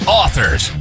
authors